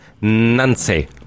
Nancy